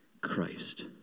Christ